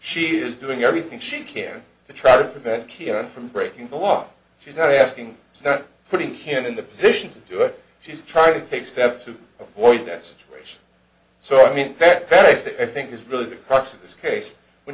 she is doing everything she can to try to prevent him from breaking the law she's not asking it's not putting him in the position to do it she's trying to take steps to avoid that situation so i mean that i think is really the crux of this case when